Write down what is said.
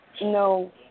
No